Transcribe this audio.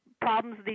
problems